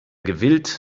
gewillt